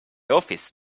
office